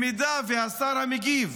אם השר המגיב